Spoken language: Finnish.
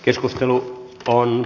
keskustelu päättyi